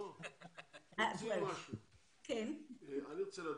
אני רוצה לדעת.